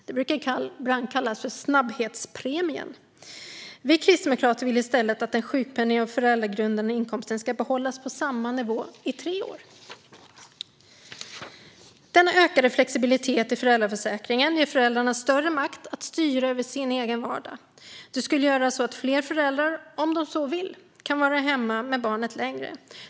Det kallas ibland för snabbhetspremien. Vi kristdemokrater vill i stället att den sjukpenning och föräldrapenninggrundande inkomsten ska behållas på samma nivå i tre år. Denna ökade flexibilitet i föräldraförsäkringen ger föräldrarna större makt att styra över sin vardag. Det skulle göra att fler föräldrar, om de så vill, kan vara hemma med barnet längre.